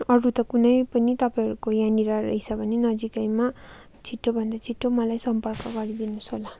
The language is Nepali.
अरू त कुनै पनि तपाईँहरूको यहाँनिर रहेछ भने नजिकैमा छिटो भन्दा छिटो मलाई सम्पर्क गरिदिनोस् होला